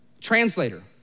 Translator